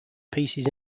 pieces